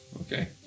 Okay